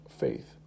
faith